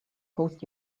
post